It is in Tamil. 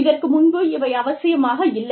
இதற்கு முன்பு இவை அவசியமாக இல்லை